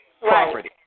property